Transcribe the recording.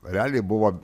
realiai buvo